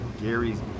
Gary's